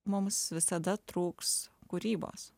mums visada trūks kūrybos